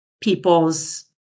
people's